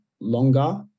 longer